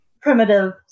primitive